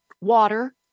water